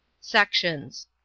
Sections